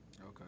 Okay